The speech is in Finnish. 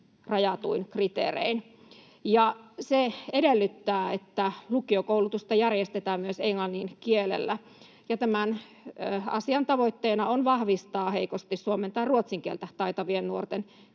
rajatuin kriteerein. Se edellyttää, että lukiokoulutusta järjestetään myös englannin kielellä. Tämän asian tavoitteena on vahvistaa heikosti suomen tai ruotsin kieltä taitavien nuorten